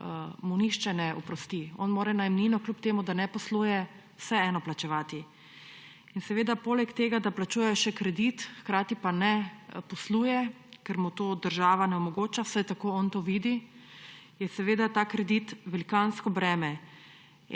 mu nihče ne oprosti. On mora najemnino, kljub temu da ne posluje, vseeno plačevati. Ker plačuje kredit, hkrati pa ne posluje, ker mu tega država ne omogoča, vsaj tako on to vidi, je seveda ta kredit velikansko breme.